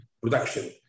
production